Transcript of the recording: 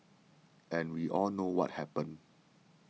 and we all know what happened